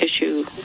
issue